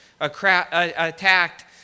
attacked